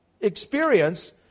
experience